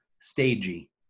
stagey